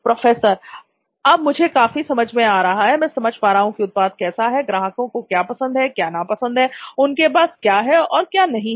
professor अब मुझे काफी समझ में आ रहा है मैं समझ पा रहा हूं कि उत्पाद कैसा है ग्राहकों को क्या पसंद है क्या नापसंद है उनके पास क्या है और क्या नहीं है